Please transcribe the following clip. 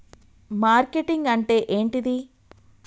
Marketing అంటే ఏంటిది?